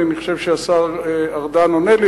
אני חושב שהשר ארדן עונה לי,